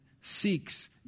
seeks